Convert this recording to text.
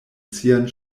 sian